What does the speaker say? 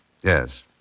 Yes